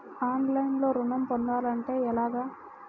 ఆన్లైన్లో ఋణం పొందాలంటే ఎలాగా?